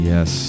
Yes